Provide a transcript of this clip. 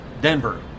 Denver